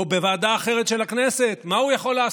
או בוועדה אחרת של הכנסת, מה הוא יכול לעשות?